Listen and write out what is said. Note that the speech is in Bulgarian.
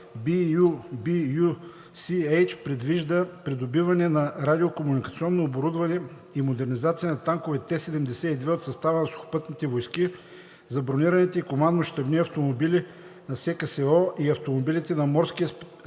предвижда придобиване на радио-комуникационно оборудване за модернизация на танкове Т-72 от състава на Сухопътните войски, за бронираните и командно-щабни автомобили на СКСО и автомобилите на Морския специален